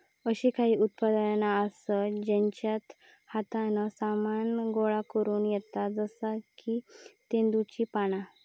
अशी काही उत्पादना आसत जेच्यात हातान सामान गोळा करुक येता जसा की तेंदुची पाना